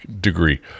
degree